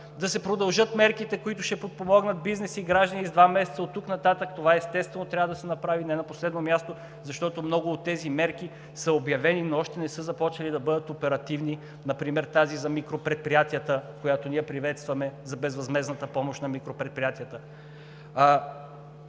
да се продължат мерките, които ще подпомогнат бизнеса и гражданите с два месеца оттук нататък. Това, естествено, трябва да се направи не на последно място, защото много от тези мерки са обявени, но още не са започнали да бъдат оперативни – например тази за микропредприятията, която ние приветстваме, за безвъзмездната помощ на микропредприятията.